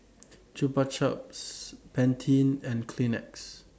Chupa Chups Pantene and Kleenex